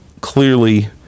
clearly